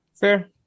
Fair